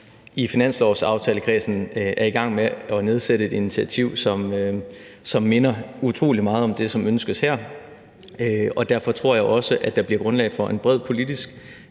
i finanslovsaftalekredsen er i gang med at nedsætte et initiativ, som minder utrolig meget om det, som ønskes her. Derfor tror jeg også, at der bliver grundlag for en bred politisk